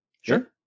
Sure